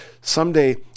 someday